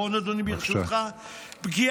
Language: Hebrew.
היו"ר ישראל אייכלר: תודה רבה.